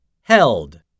Held